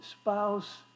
spouse